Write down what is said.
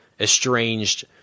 estranged